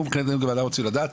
אנחנו כוועדה רוצים לדעת.